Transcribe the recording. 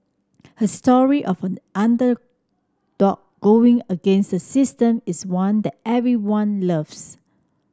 her story of underdog going against the system is one that everyone loves